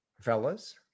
Fellas